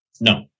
No